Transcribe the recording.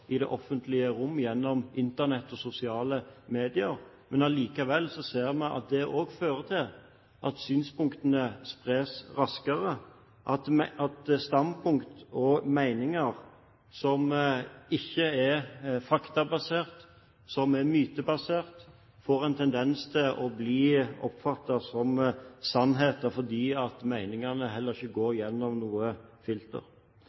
i det offentlige rom gjennom Internett og sosiale medier, men allikevel ser vi at det også fører til at synspunktene spres raskere, at standpunkt og meninger som ikke er faktabasert, som er mytebasert, får en tendens til å bli oppfattet som sannheter fordi meningene heller ikke går gjennom noe filter.